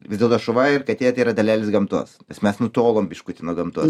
vis dėlto šuva ir katė tai yra dalis gamtos nes mes nutolom biškutį nuo gamtos